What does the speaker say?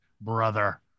brother